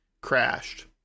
Crashed